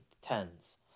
tens